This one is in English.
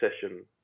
session